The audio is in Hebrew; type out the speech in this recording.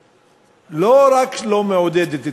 שלא רק שלא מעודדת צמיחה,